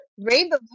Rainbow